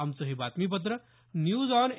आमचं हे बातमीपत्र न्यूज ऑन ए